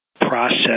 process